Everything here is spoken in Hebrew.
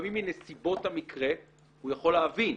לפעמים מנסיבות המקרה הוא יכול להבין.